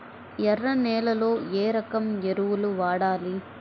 ఎర్ర నేలలో ఏ రకం ఎరువులు వాడాలి?